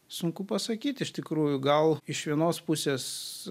sunku pasakyt iš tikrųjų gal iš vienos pusės